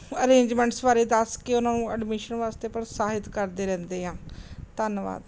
arrangements ਬਾਰੇ ਦੱਸ ਕੇ ਉਹਨਾਂ ਨੂੰ ਐਡਮਿਸ਼ਨ ਵਾਸਤੇ ਪ੍ਰੋਤਸਾਹਿਤ ਕਰਦੇ ਰਹਿੰਦੇ ਹਾ ਧੰਨਵਾਦ